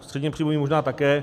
Středněpříjmoví možná také.